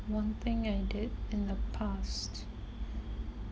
one thing I did in the past